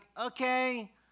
okay